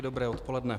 Dobré odpoledne.